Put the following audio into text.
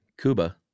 Cuba